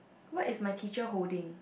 what is my teacher holding